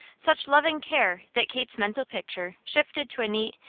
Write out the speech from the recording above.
such loving care that kate's mental picture shifted to a neat,